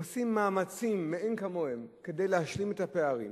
עושים מאמצים מאין כמוהם כדי להשלים את הפערים: